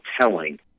telling